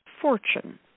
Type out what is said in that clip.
fortune